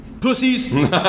pussies